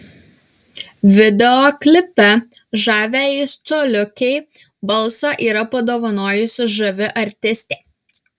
video klipe žaviajai coliukei balsą yra padovanojusi žavi artistė